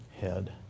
head